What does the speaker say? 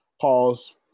pause